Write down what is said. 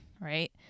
right